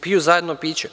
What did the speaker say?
Piju zajedno piće.